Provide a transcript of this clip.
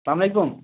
السلام علیکُم